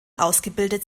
ausgebildet